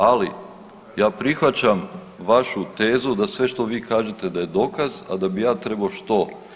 Ali ja prihvaćam vašu tezu da sve što vi kažete da je dokaz, a da bih ja trebao što?